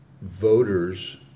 voters